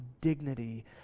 dignity